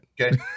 okay